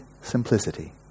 simplicity